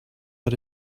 but